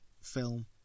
film